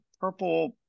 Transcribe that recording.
purple